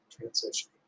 transition